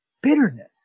bitterness